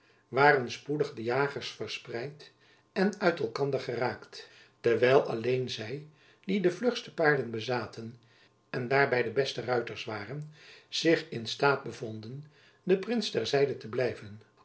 waren spoedig de jagers verspreid en uit elkander geraakt terwijl alleen zy die de vlugste paarden bezaten en daarby de beste ruiters waren zich in staat bevonden den prins ter zijde te blijven